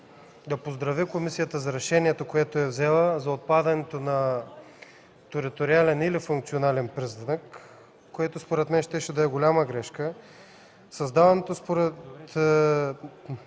да поздравя комисията за решението, което е взела, за отпадането на „териториален или функционален признак”. Приемането щеше да е голяма грешка